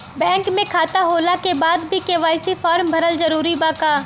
Bank में खाता होला के बाद भी के.वाइ.सी फार्म भरल जरूरी बा का?